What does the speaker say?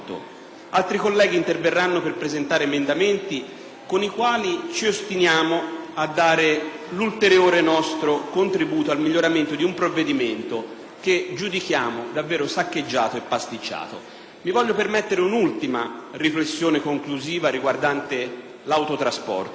Altri colleghi interverranno per presentare emendamenti con i quali ci ostiniamo a dare l'ulteriore nostro contributo al miglioramento di un provvedimento che giudichiamo davvero saccheggiato e pasticciato. Mi voglio permettere un'ultima riflessione conclusiva riguardante l'autotrasporto.